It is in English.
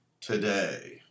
today